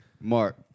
Mark